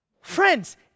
Friends